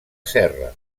serra